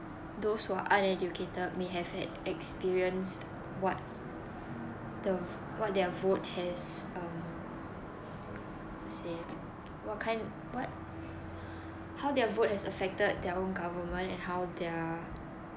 those who are uneducated may have had experienced what the what their vote has um say what kind what how their vote has affected their own government and how their how